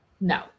No